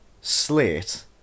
slate